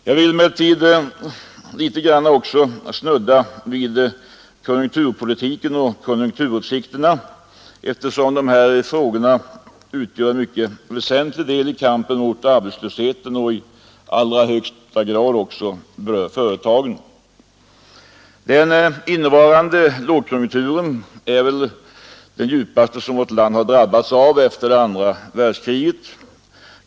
Jag vill emellertid även litet snudda vid konjunkturpolitiken och konjunkturutsikterna, eftersom dessa frågor utgör en mycket väsentlig del i kampen mot arbetslösheten och i allra högsta grad berör företagen. Den innevarande lågkonjunkturen är väl den djupaste som vårt land har drabbats av efter det andra världskriget.